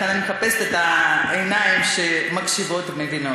לכן אני מחפשת את העיניים שמקשיבות ומבינות.